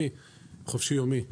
חופשי יומי,